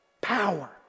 Power